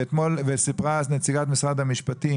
וסיפרה נציגת משרד המשפטים,